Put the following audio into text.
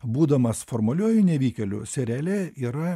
būdamas formaliuoju nevykėliu seriale yra